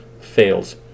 fails